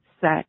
set